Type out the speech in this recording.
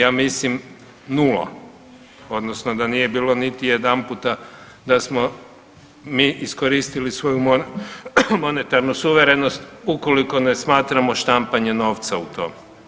Ja mislim nula odnosno da nije bilo niti jedanputa da smo mi iskoristili svoju monetarnu suverenost ukoliko ne smatramo štampanje novca u to.